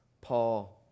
Paul